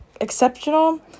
exceptional